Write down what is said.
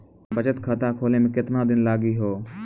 बचत खाता खोले मे केतना दिन लागि हो?